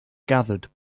gathered